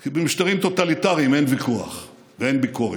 כי במשטרים טוטליטריים אין ויכוח ואין ביקורת.